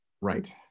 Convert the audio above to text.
Right